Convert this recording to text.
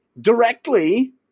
directly